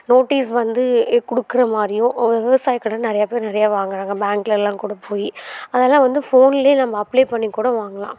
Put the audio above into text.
notice வந்து இ கொடுக்குற மாதிரியும் ஒரு விவசாயக்கடன் நிறையா பேர் நிறையா வாங்குகிறாங்க பேங்க்லெல்லாம் கூட போய் அதெல்லாம் வந்து ஃபோனிலே நம்ம அப்ளே பண்ணிக்கூட வாங்கலாம்